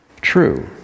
true